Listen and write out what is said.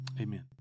Amen